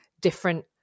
different